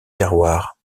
terroirs